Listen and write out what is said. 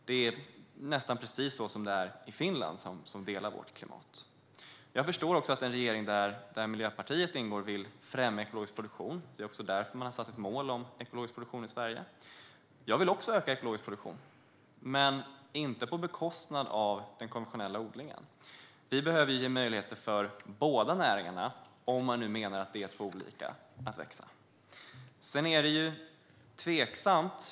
Det är nästan precis så som det är i Finland, som har samma klimat som vi. Jag förstår också att en regering där Miljöpartiet ingår vill främja ekologisk produktion. Det är också därför som man har satt ett mål om ekologisk produktion i Sverige. Jag vill också öka den ekologiska produktionen, men inte på bekostnad av den konventionella odlingen. Vi behöver ge möjligheter för båda näringarna att växa, om man nu menar att det är två olika.